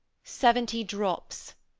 seventy drops,